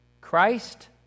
Christ